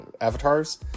avatars